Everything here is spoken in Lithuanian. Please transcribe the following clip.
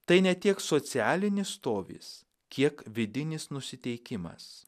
tai ne tiek socialinis stovis kiek vidinis nusiteikimas